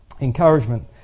Encouragement